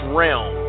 realm